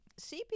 CP